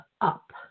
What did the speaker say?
up